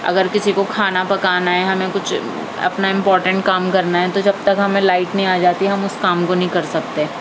اگر کسی کو کھانا پکانا ہے ہمیں کچھ اپنا امپارٹینٹ کام کرنا ہے تو جب تک ہمیں لائٹ نہیں آ جاتی ہم اس کام کو نہیں کر سکتے